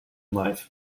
life